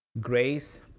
grace